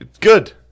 good